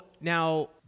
now